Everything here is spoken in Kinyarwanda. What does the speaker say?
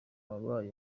wabaye